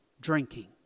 drinking